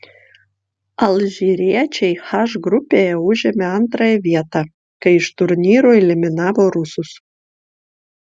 alžyriečiai h grupėje užėmė antrąją vietą kai iš turnyro eliminavo rusus